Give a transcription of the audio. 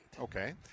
Okay